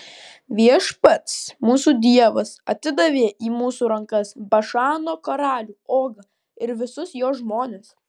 viešpats mūsų dievas atidavė į mūsų rankas bašano karalių ogą ir visus jo žmones